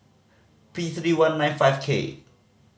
P three one nine five K